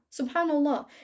subhanAllah